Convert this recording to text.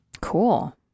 Cool